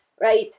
right